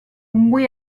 muy